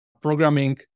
programming